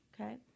Okay